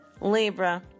Libra